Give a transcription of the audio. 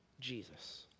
Jesus